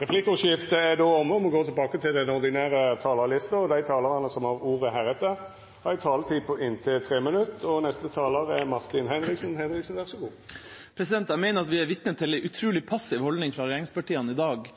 Replikkordskiftet er omme. Dei talarane som heretter får ordet, har òg ei taletid på inntil 3 minutt. Jeg mener vi er vitne til en utrolig passiv holdning fra regjeringspartienes side i dag